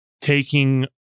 taking